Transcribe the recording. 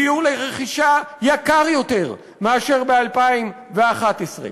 הדיור לרכישה יקר יותר מאשר ב-2011.